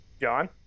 John